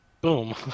boom